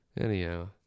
Anyhow